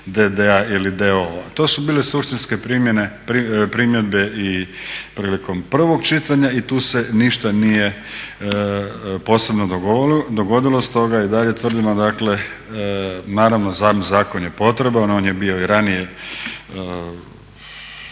ili d.o.o.-a. To su bile suštinske primjedbe i prilikom prvog čitanja i tu se ništa nije posebno dogodilo. Stoga i dalje tvrdimo dakle, naravno sam zakon je potreban, on je bio i ranije